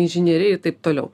inžinieriai ir taip toliau